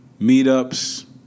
Meetups